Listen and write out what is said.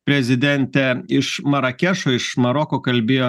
prezidentė iš marakešo iš maroko kalbėjo